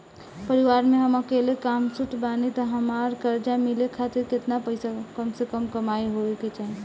परिवार में हम अकेले कमासुत बानी त हमरा कर्जा मिले खातिर केतना कम से कम कमाई होए के चाही?